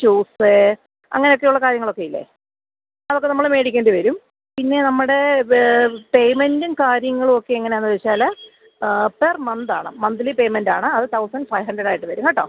shoes അങ്ങനെയൊക്കെയുള്ള കാര്യങ്ങളൊക്കെ ഇല്ലേ അതൊക്കെ നമ്മൾ മേടിക്കേണ്ടി വരും പിന്നെ നമ്മുടെ പേയ്മെൻറ്റും കാര്യങ്ങളുമൊക്കെ എങ്ങനെയാണെന്ന് വെച്ചാൽ ആ പെർ മന്താണ് മന്ത്ലി പേയ്മെൻറ്റാണ് അത് തൗസൻഡ് ഫൈവ് ഹണ്ട്രഡായിട്ട് വരും കേട്ടോ